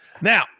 Now